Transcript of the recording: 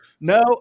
No